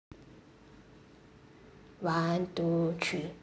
one two three